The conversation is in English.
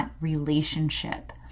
relationship